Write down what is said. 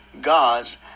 God's